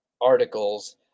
articles